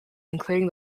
including